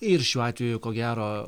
ir šiuo atveju ko gero